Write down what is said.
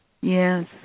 Yes